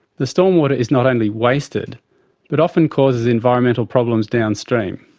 the stormwater is not only wasted but often causes environmental problems downstream.